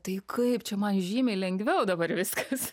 tai kaip čia man žymiai lengviau dabar viskas